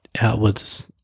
outwards